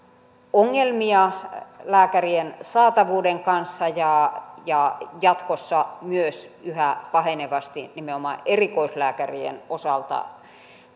ongelmia lääkärien saatavuuden kanssa ja ja jatkossa myös yhä pahenevasti nimenomaan erikoislääkärien osalta